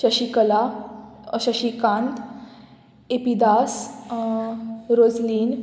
शशिकला शशिकांत एपिदास रोजलीन